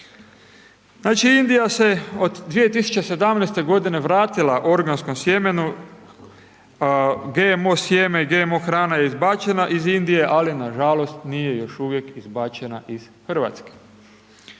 Znači Indija se od 2017. godine vratila organskom sjemenu, GMO sjeme, GMO hrana je izbačena iz Indije, ali nažalost, nije još uvijek izbačena iz Hrvatske.